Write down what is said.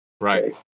Right